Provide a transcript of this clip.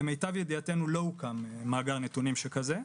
למיטב ידיעתנו לא הוקם מאגר נתונים כזה.